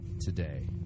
today